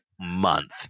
month